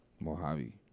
Mojave